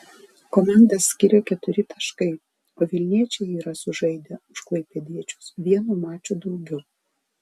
komandas skiria keturi taškai o vilniečiai yra sužaidę už klaipėdiečius vienu maču daugiau